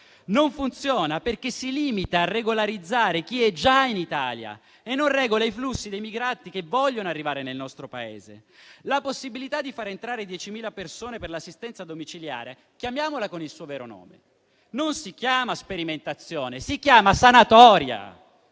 non funziona perché si limita a regolarizzare chi è già in Italia e non regola i flussi dei migranti che vogliono arrivare nel nostro Paese. La possibilità di far entrare 10.000 persone per l'assistenza domiciliare - chiamiamola con il suo vero nome - non si chiama sperimentazione, si chiama sanatoria.